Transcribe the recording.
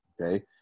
Okay